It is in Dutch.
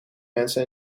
mensen